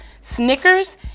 snickers